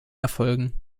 erfolgen